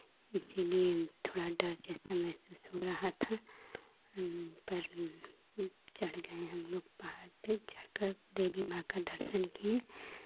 इसीलिए थोड़ा डर जैसा महसूस हो रहा था पर हम चढ़ गए हमलोग पहाड़ पे जाकर देवी माँ का दर्शन किए